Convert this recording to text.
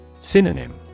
Synonym